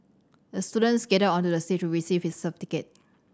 the student skated onto the stage to receive his certificate